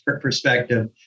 perspective